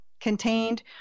contained